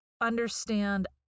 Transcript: understand